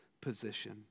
position